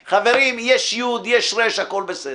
חברים, יש י', יש ר', הכול בסדר.